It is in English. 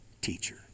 teacher